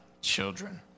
children